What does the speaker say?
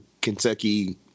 Kentucky